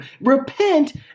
Repent